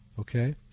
okay